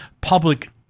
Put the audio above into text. public